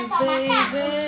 baby